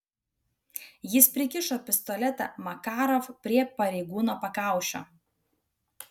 jis prikišo pistoletą makarov prie pareigūno pakaušio